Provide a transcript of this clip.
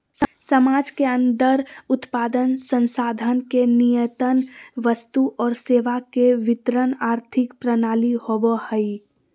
समाज के अन्दर उत्पादन, संसाधन के नियतन वस्तु और सेवा के वितरण आर्थिक प्रणाली होवो हइ